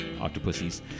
octopuses